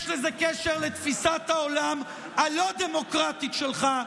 יש לזה קשר לתפיסת העולם הלא-דמוקרטית שלך,